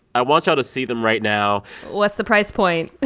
i want y'all to see them right now what's the price point?